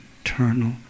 eternal